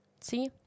See